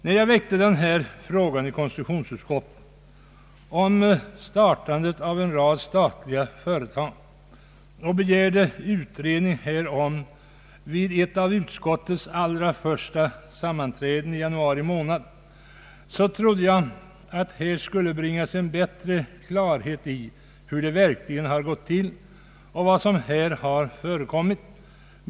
När jag i konstitutionsutskottet tog upp denna fråga om startandet av en rad statliga företag och begärde utredning härom vid ett av utskottets allra första sammanträden i januari månad, så trodde jag att här skulle bringas bättre klarhet i hur det verkligen har gått till och vad som här har förekommit.